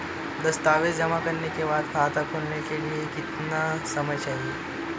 दस्तावेज़ जमा करने के बाद खाता खोलने के लिए कितना समय चाहिए?